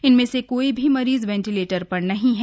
इनमें से कोई भी मरीज वेन्टिलेटर पर नहीं है